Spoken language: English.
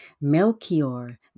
Melchior